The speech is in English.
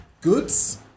Goods